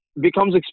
becomes